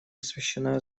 освещена